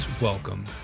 Welcome